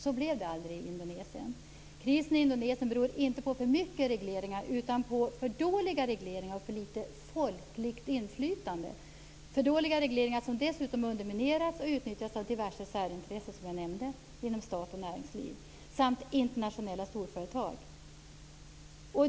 Så blev det aldrig i Indonesien. Krisen i Indonesien beror inte på för mycket regleringar, utan på för dåliga regleringar och för litet folkligt inflytande. Det är dåliga regleringar som dessutom undermineras och utnyttjas av diverse särintressen, som jag nämnde, inom stat och näringsliv samt internationella storföretag.